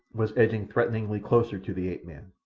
was edging threateningly closer to the ape-man.